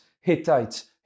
Hittites